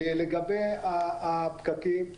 לגבי הפקקים,